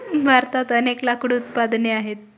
भारतात अनेक लाकूड उत्पादने आहेत